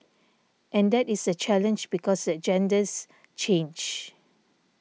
and that is the challenge because the agendas change